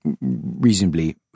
reasonably